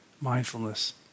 mindfulness